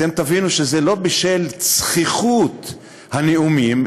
תבינו שזה לא בשל צחיחות הנאומים,